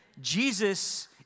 Jesus